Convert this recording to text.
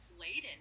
laden